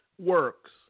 works